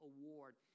award